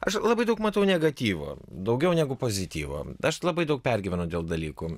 aš labai daug matau negatyvo daugiau negu pozityvo aš labai daug pergyvenu dėl dalykų